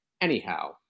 Anyhow